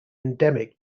endemic